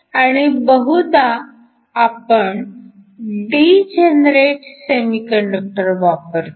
आणि आपण बहुधा डिजनरेट सेमीकंडक्टर वापरतो